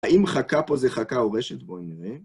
האם חכה פה זה חכה או רשת? בואו נראה.